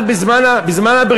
אז, בזמן הבריטים,